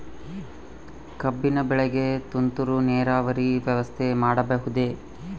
ಕಬ್ಬಿನ ಬೆಳೆಗೆ ತುಂತುರು ನೇರಾವರಿ ವ್ಯವಸ್ಥೆ ಮಾಡಬಹುದೇ?